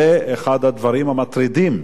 זה אחד הדברים המטרידים,